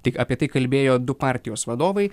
tai apie tai kalbėjo du partijos vadovai